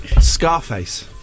Scarface